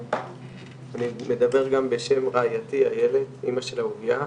אני מדבר גם בשם רעייתי איילת, אמא של אהוביה,